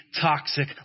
toxic